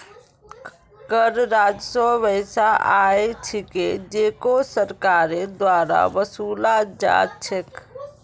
कर राजस्व वैसा आय छिके जेको सरकारेर द्वारा वसूला जा छेक